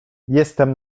jestem